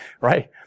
right